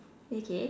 okay